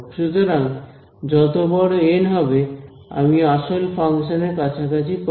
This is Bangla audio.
সুতরাং যত বড় এন হবে আমি আসল ফাংশানের কাছাকাছি পাব